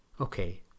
Okay